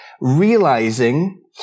realizing